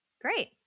Great